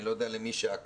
אני לא יודע מי שעקב,